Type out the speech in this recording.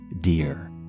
dear